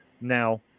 Now